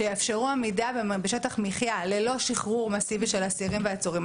שיאפשרו עמידה בשטח מחייה ללא שחרור מאסיבי של אסירים ועצורים,